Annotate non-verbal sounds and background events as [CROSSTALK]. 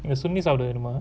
[LAUGHS] சாப்பிட வேணுமா:sapida venuma